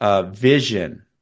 Vision